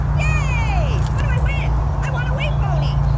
yay! what do i win? i want a wave pony.